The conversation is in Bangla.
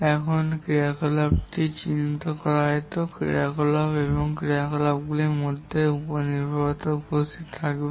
সমস্ত ক্রিয়াকলাপ চিহ্নিত করা যেত ক্রিয়াকলাপ এবং ক্রিয়াকলাপগুলির মধ্যে নির্ভরতা উপস্থিত থাকবে